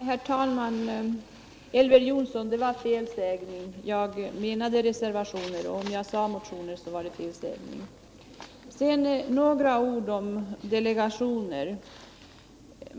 Herr talman! Det var en felsägning, Elver Jonsson, om jag sade motioner; jag menade reservationer. Sedan några ord om delegationer.